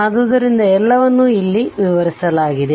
ಆದುದರಿಂದ ಎಲ್ಲವನ್ನೂ ಇಲ್ಲಿ ವಿವರಿಸಲಾಗಿದೆ